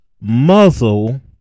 muzzle